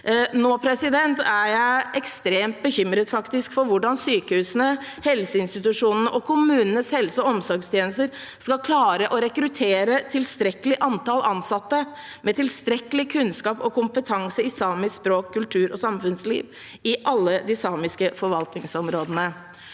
Nå er jeg faktisk ekstremt bekymret for hvordan sykehusene, helseinstitusjonene og kommunenes helseog omsorgstjenester skal klare å rekruttere tilstrekkelig antall ansatte med tilstrekkelig kunnskap og kompetanse i samisk språk, kultur og samfunnsliv, i alle de samiske forvaltningsområdene.